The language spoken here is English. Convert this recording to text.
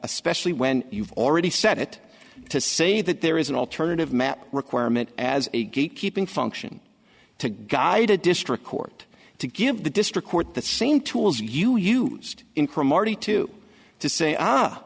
especially when you've already set it to say that there is an alternative map requirement as a gate keeping function to guide a district court to give the district court the same tools you used in crime are the two to say ah